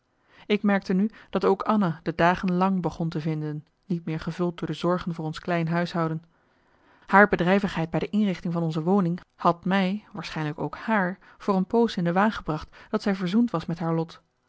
ik merkte nu dat ook anna de dagen lang begon te vinden niet meer gevuld door de zorgen voor ons klein huishouden haar bedrijvigheid bij de inrichting van onze woning had mij waarschijnlijk ook haar voor een poos in de waan gebracht dat zij verzoend was met haar lot